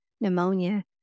pneumonia